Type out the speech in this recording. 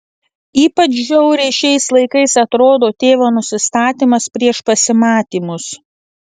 ypač žiauriai šiais laikais atrodo tėvo nusistatymas prieš pasimatymus